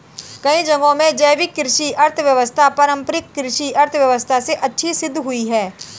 कई जगहों में जैविक कृषि अर्थव्यवस्था पारम्परिक कृषि अर्थव्यवस्था से अच्छी सिद्ध हुई है